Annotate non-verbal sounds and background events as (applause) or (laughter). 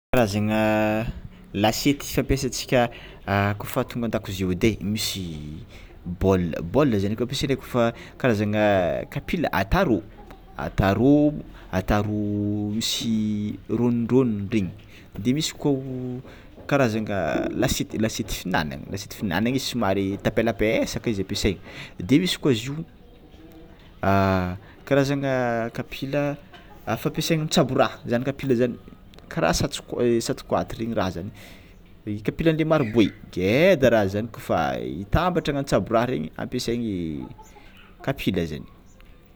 Karazagna lasety fampiasatsika kôfa tônga adakozia edy e misy bola, bola zany ka ampiasagna kôfa karazana kapila ata rô ata rô ata rô misy ronindroniny rengny de misy koa karazagna lasety lasety finanana finanana izy somary tapelapesaka izy ampiasaina de misy koa izy io (hesitation) karazagna ampiasaigna kapila afa ampiasaina amy tsaboraha zany kapila zany kara satik- tsatikoaty regny raha zany kapila le maroboay ngeda raha zany kôfa hitambatra agnagno tsaboraha rengny ampiasaina kapila zany.